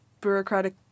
bureaucratic